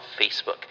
facebook